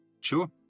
Sure